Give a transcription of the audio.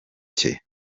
cye